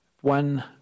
One